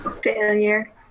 Failure